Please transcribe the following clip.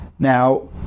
Now